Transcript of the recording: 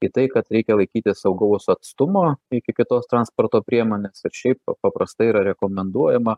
į tai kad reikia laikytis saugaus atstumo iki kitos transporto priemonės ir šiaip paprastai yra rekomenduojama